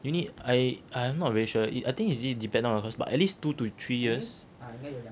you need I I am not very sure it I think is it dependent on your course but at least two to three years